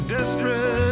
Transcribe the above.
Desperate